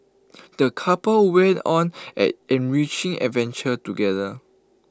the couple went on an enriching adventure together